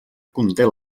conté